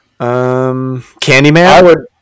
Candyman